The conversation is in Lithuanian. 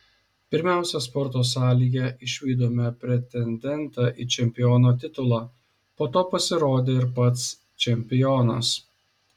pirmiausia sporto salėje išvydome pretendentą į čempiono titulą po to pasirodė ir pats čempionas